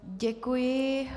Děkuji.